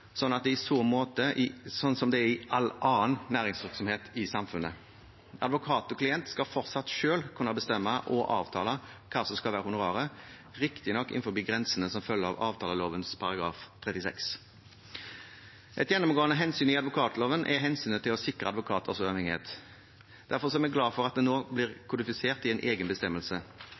sånn som i all annen næringsvirksomhet i samfunnet. Advokat og klient skal fortsatt selv kunne bestemme og avtale hva som skal være honoraret, riktignok innenfor de grensene som følger av avtaleloven § 36. Et gjennomgående hensyn i advokatloven er hensynet til å sikre advokaters uavhengighet. Derfor er vi glade for at det nå blir kodifisert i en egen bestemmelse.